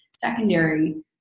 secondary